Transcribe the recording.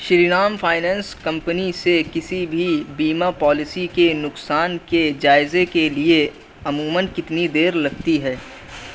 شری Ram finance company سے کسی بھی بیمہ پالیسی کے نقصان کے جائزے کے لیے عموماً کتنی دیر لگتی ہے